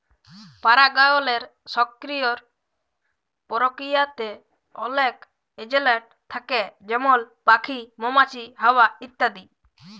পারাগায়লের সকিরিয় পরকিরিয়াতে অলেক এজেলট থ্যাকে যেমল প্যাখি, মমাছি, হাওয়া ইত্যাদি